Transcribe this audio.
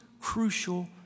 crucial